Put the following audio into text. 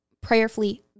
prayerfully